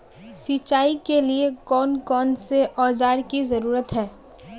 सिंचाई के लिए कौन कौन से औजार की जरूरत है?